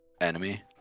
enemy